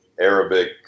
Arabic